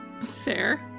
Fair